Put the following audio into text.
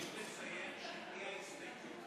לציין של מי ההסתייגות.